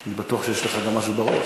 אני בטוח שיש לך משהו בראש.